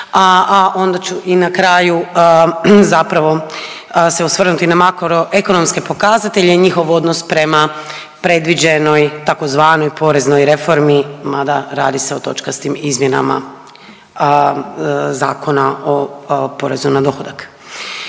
onda ću i na kraju zapravo se osvrnuti na makroekonomske pokazatelje, njihov odnos prema predviđenoj tzv. poreznoj reformi mada radi se o točkastim izmjenama Zakona o porezu na dohodak.